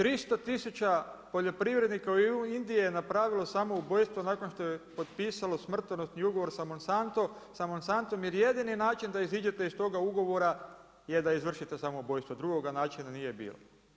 300 tisuća poljoprivrednika u Indiji je napravilo samoubojstvo nakon što je potpisalo smrtonosni ugovor sa Monantom jer jedini način da iziđete iz toga ugovora je da izvršite samoubojstvo, drugoga načina nije bilo.